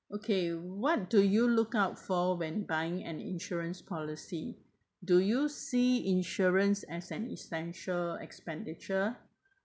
okay what do you look out for when buying an insurance policy do you see insurance as an essential expenditure